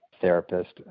therapist